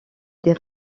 des